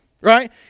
right